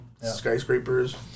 skyscrapers